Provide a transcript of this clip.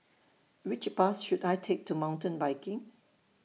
Which Bus should I Take to Mountain Biking